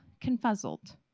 confuzzled